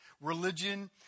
Religion